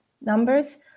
numbers